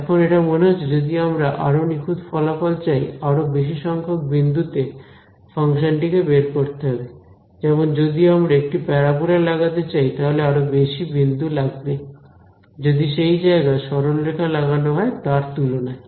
এখন এটা মনে হচ্ছে যদি আমরা আরো নিখুঁত ফলাফল চাই আরো বেশি সংখ্যক বিন্দুতে ফাংশনটি কে বের করতে হবে যেমন যদি আমরা একটি প্যারাবোলা লাগাতে চাই তাহলে আরো বেশি বিন্দু লাগবে যদি সেই জায়গায় সরলরেখা লাগানো হয় তার তুলনায়